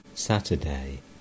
Saturday